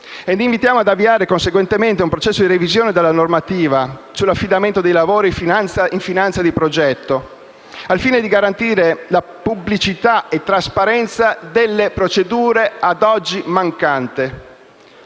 nonché ad avviare conseguentemente un processo di revisione della normativa sull'affidamento di lavori e finanza di progetto, al fine di garantire la pubblicità e trasparenza delle procedure ad oggi mancanti.